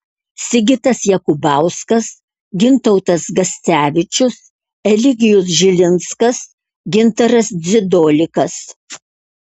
sigitas jakubauskas gintautas gascevičius eligijus žilinskas gintaras dzidolikas